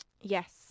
Yes